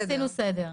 אנחנו עושים סדר.